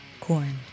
Corn